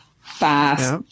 fast